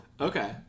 Okay